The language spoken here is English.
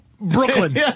Brooklyn